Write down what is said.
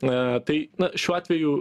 na tai šiuo atveju